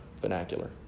vernacular